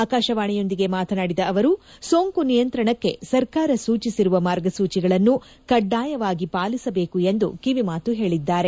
ಆಕಾಶವಾಣಿಯೊಂದಿಗೆ ಮಾತನಾಡಿದ ಅವರು ಸೋಂಕು ನಿಯಂತ್ರಣಕ್ಕೆ ಸರ್ಕಾರ ಸೂಚಿಸಿರುವ ಮಾರ್ಗಸೂಚಿಗಳನ್ನು ಕಡ್ಡಾಯವಾಗಿ ಪರಿಪಾಲಿಸಬೇಕು ಎಂದು ಕಿವಿಮಾತು ಹೇಳಿದ್ದಾರೆ